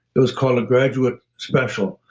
it was called a graduate special.